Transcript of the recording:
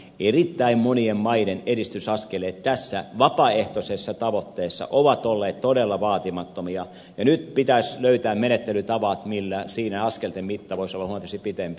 erittäin monien maiden edistysaskeleet tässä vapaaehtoisessa tavoitteessa ovat olleet todella vaatimattomia ja nyt pitäisi löytää menettelytavat millä siinä askelten mitta voisi olla huomattavasti pidempi